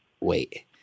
wait